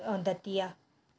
अऊं दतिया